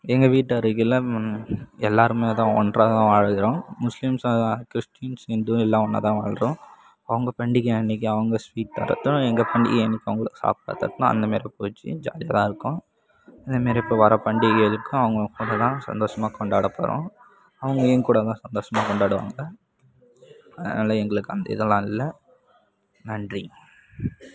எங்கள் வீட்டு அருகில் எல்லோருமேதான் ஒன்றாக தான் வாழ்கிறோம் முஸ்லீம்ஸ் கிறிஸ்டின்ஸ் இந்து எல்லாம் ஒன்றா தான் வாழ்கிறோம் அவங்க பண்டிகை அன்றைக்கி அவங்க ஸ்வீட் தர்றதும் எங்கள் பண்டிகை அவங்களுக்கு சாப்பாடு தர்றதும் அந்தமாரி போயிடுச்சு ஜாலியாக தான் இருக்கோம் அதுமாரி இப்போ வர பண்டிகைக்கும் அவங்க கூடத்தான் சந்தோஷமா கொண்டாட போகிறோம் அவங்க எங்கக்கூட சந்தோஷமா கொண்டாடுவாங்க அதனால் எங்களுக்கு அந்த இதெலாம் இல்லை நன்றி